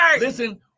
listen